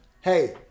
Hey